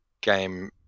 game